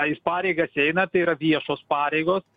jis pareigas eina tai yra viešos pareigos